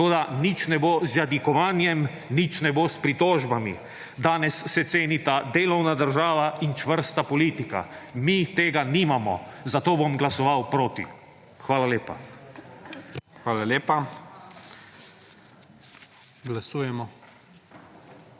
toda nič ne bo z jadikovanjem, nič ne bo s pritožbami. Danes se cenita delovna država in čvrsta politika. Mi tega nimamo, zato bom glasoval proti. Hvala lepa. PREDSEDNIK IGOR